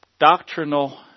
doctrinal